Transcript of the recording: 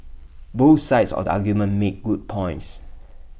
both sides of the argument make good points